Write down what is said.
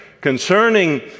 concerning